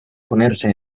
ponerse